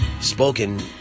Spoken